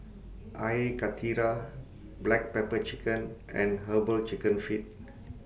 Air Karthira Black Pepper Chicken and Herbal Chicken Feet